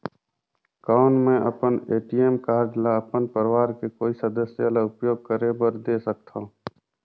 कौन मैं अपन ए.टी.एम कारड ल अपन परवार के कोई सदस्य ल उपयोग करे बर दे सकथव?